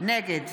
נגד